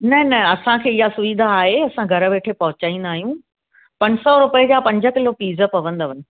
न न असांखे इहा सुविधा आहे असां घरु वेठे पहुचाईंदा आहियूं पंज सौ रुपये जा पंज किलो पीज़ पवंदव